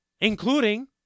including